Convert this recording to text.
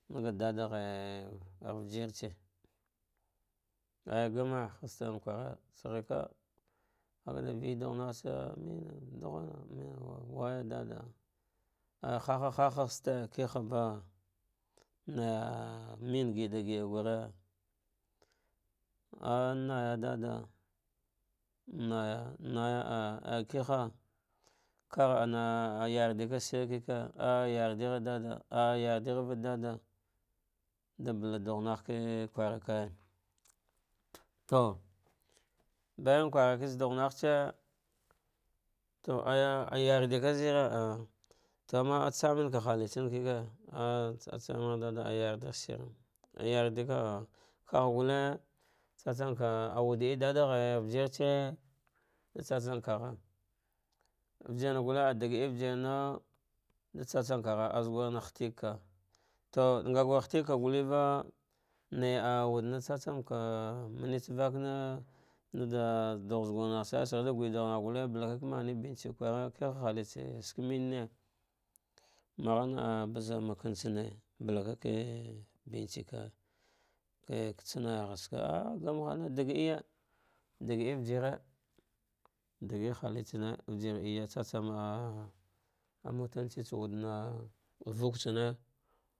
Naga dadaghe ujirtse aya ganme haste kwara saghake ka kada udughana tsa dagharuwe ah waya dada ah ayya haha haste kihaba nai ah mene gida giɗa agure ah naija dada, naya ah naja aja kiha kahana yardikagh zah shine kike ah a yachighe ah yardighva dada dabal dugh naghka kwara kaya, to badam kwarajtsa dugh naghtsa to aya ayardi uka zaghe ah to amna atsamenka hahtsauke ke, ah tsa tsam ghe dada ah ayadegh shir ayarchka ah, kagh gute tsatsan ka wude ir da dagh ujirtse da tsatsam kagha ujina gule ah daghe ujirnmaw, da tsa tsamn kagha azgur nah hiteka to ngur hiteka guleva nai ah wudu natsa tsanka mentsa vakana nada nada dugh zugungh balka kamene bartsi ka ah ke ha haliutsa skamene, maghana bana makantsane balake ke bentseka ya ka tsanartsuka anan dage ge, dagi'ee ujire, da eja hritsane ujir eje tsatsan ah ah nutura tsa wude a vuk tsane.